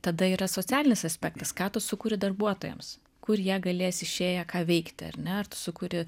tada yra socialinis aspektas ką tu sukuri darbuotojams kur jie galės išėję ką veikti ar ne ar tu sukuri